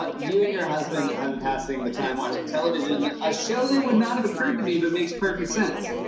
ah you and your husband have been passing the time watching television, a show that would not have occurred to me but makes perfect sense.